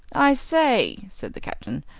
i say, said the captain,